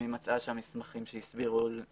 אם היא מצאה שהמסמכים לא צורפו.